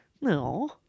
No